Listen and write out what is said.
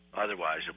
Otherwise